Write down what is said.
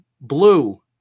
blue